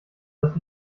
dass